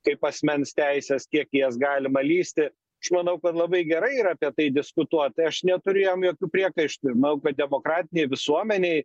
kaip asmens teisės kiek į jas galima lįsti aš manau labai gerai yra apie tai diskutuot tai aš neturiu jam jokių priekaištų ir manau kad demokratinėj visuomenėj